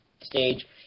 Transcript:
stage